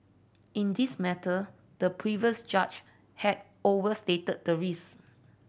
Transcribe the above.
in this matter the previous judge had overstated the risk